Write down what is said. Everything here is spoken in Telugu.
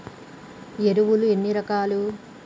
ఎరువులు ఎన్ని రకాలు?